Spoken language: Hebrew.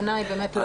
זה בעיניי לא נכון.